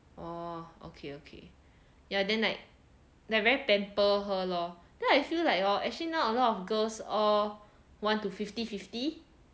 orh okay okay ya then like like very pamper her lor then I feel like hor actually now a lot of girls all want to fifty fifty